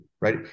right